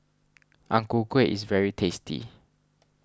Ang Ku Kueh is very tasty